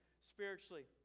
spiritually